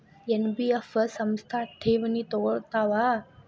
NBF ಸಂಸ್ಥಾ ಠೇವಣಿ ತಗೋಳ್ತಾವಾ?